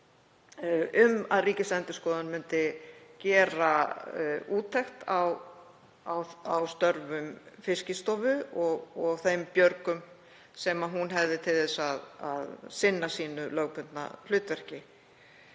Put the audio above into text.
um að Ríkisendurskoðun myndi gera úttekt á störfum Fiskistofu og þeim björgum sem hún hefði til að sinna lögbundnu hlutverki